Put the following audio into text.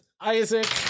Isaac